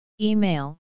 Email